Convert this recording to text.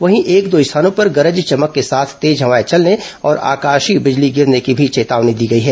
वहीं एक दो स्थानों पर गरज चमक के साथ तेज हवाएं चलने और आकाशीय बिजली गिरने की भी चेतावनी दी गई है